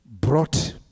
Brought